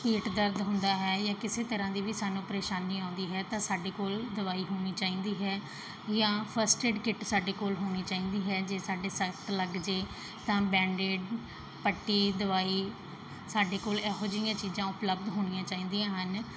ਪੇਟ ਦਰਦ ਹੁੰਦਾ ਹੈ ਜਾਂ ਕਿਸੇ ਤਰ੍ਹਾਂ ਦੀ ਵੀ ਸਾਨੂੰ ਪਰੇਸ਼ਾਨੀ ਆਉਂਦੀ ਹੈ ਤਾਂ ਸਾਡੇ ਕੋਲ ਦਵਾਈ ਹੋਣੀ ਚਾਹੀਦੀ ਹੈ ਜਾਂ ਫਸਟ ਐਡ ਕਿੱਟ ਸਾਡੇ ਕੋਲ ਹੋਣੀ ਚਾਹੀਦੀ ਹੈ ਜੇ ਸਾਡੇ ਸੱਟ ਲੱਗ ਜਾਏ ਤਾਂ ਬੈਡਡ ਪੱਟੀ ਦਵਾਈ ਸਾਡੇ ਕੋਲ ਇਹੋ ਜਿਹੀਆਂ ਚੀਜ਼ਾਂ ਉਪਲਬਧ ਹੋਣੀਆਂ ਚਾਹੀਦੀਆਂ ਹਨ